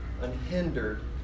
unhindered